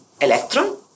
electron